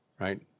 right